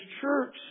church